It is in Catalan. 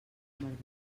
verdader